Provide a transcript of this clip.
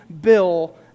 bill